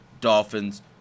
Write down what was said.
Dolphins